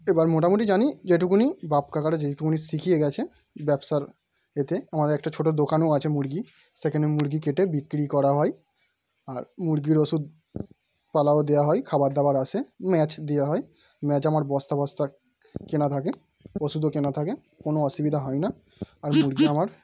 এবার মোটামুটি জানি যেটুকুনি বাপ কাকারা যেইটুকুনি শিখিয়ে গিয়েছে ব্যবসার এতে আমাদের একটা ছোটো দোকানও আছে মুরগির সেখানে মুরগি কেটে বিক্রি করা হয় আর মুরগির ওষুধপালাও দেওয়া হয় খাবার দাবার আসে ম্যাচ দেওয়া হয় ম্যাচ আমার বস্তা বস্তা কেনা থাকে ওষুধও কেনা থাকে কোনো অসুবিধা হয় না আর মুরগি আমার